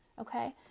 okay